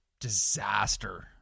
disaster